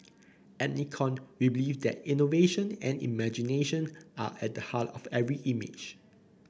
at Nikon we believe that innovation and imagination are at the heart of every image